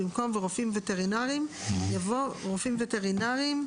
במקום "ורופאים וטרינריים" יבוא "רופאים וטרינריים,